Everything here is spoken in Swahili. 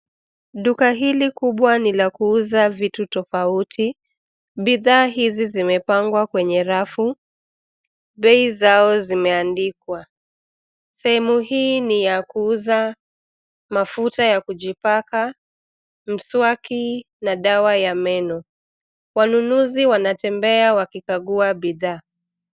Duka hili kubwa ni la kuuza vitu tofauti. Bidhaa hizi zimepangwa kwenye rafu. Bei zao zimeandikwa. Sehemu hii ni ya kuuza mafuta ya kujipaka, mswaki na dawa ya meno. Wanunuzi wanatembea wakikagua bidhaa.